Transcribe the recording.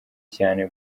cyane